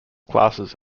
classes